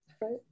right